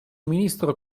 ministro